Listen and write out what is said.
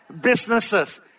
businesses